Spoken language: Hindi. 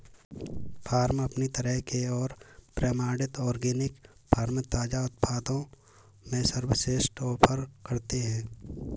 फ़ार्म अपनी तरह के और प्रमाणित ऑर्गेनिक फ़ार्म ताज़ा उत्पादों में सर्वश्रेष्ठ ऑफ़र करते है